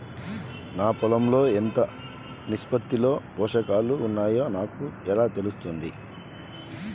నా పొలం లో ఎంత నిష్పత్తిలో పోషకాలు వున్నాయో నాకు ఎలా తెలుస్తుంది?